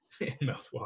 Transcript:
mouthwash